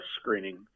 screening